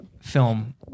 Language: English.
film